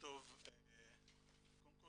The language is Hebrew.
קודם כל